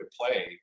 play